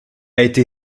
été